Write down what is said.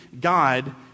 God